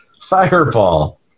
fireball